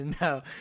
no